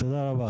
תודה רבה.